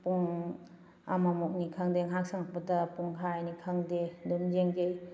ꯄꯨꯡ ꯑꯃ ꯃꯨꯛꯅꯤ ꯈꯪꯗꯦ ꯉꯍꯥꯛ ꯁꯪꯉꯛꯄꯗ ꯄꯨꯡꯈꯥꯏꯅꯤ ꯈꯪꯗꯦ ꯑꯗꯨꯝ ꯌꯦꯡꯖꯩ